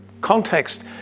context